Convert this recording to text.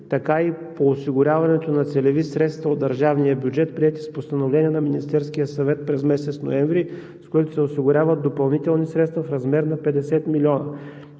така и по осигуряването на целеви средства от държавния бюджет, приети с Постановление на Министерския съвет през месец ноември, с които се осигуряват допълнителни средства в размер на 50 млн.